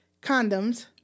condoms